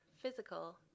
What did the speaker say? physical